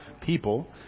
people